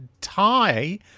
tie